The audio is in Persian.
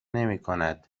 نمیکند